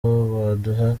baduha